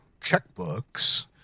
checkbooks